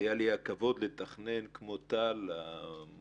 והיה לי הכבוד לתכנן, כמו טל המוכשרת,